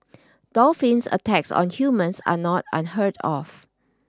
dolphin attacks on humans are not unheard of